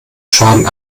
schaden